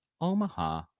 Omaha